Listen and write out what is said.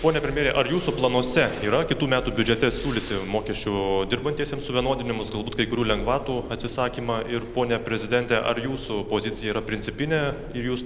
pone premjere ar jūsų planuose yra kitų metų biudžete siūlyti mokesčių dirbantiesiems suvienodinimus galbūt kai kurių lengvatų atsisakymą ir pone prezidente ar jūsų pozicija yra principinė ir jūs